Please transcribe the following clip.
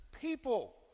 people